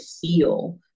feel